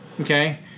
okay